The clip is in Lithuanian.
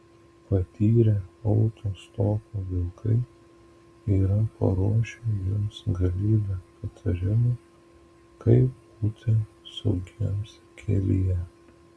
patyrę autostopo vilkai yra paruošę jums galybę patarimų kaip būti saugiems kelyje